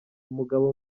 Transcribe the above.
umugabo